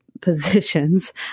positions